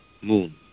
moon